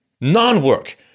non-work